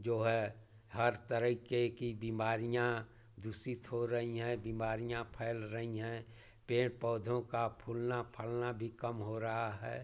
जो है हर तरीक़े की बीमारियाँ दूषित हो रही हैं बीमारियाँ फैल रही हैं पेड़ पौधों का फूलना फलना भी कम हो रहा है